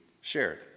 shared